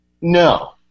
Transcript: no